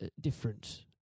different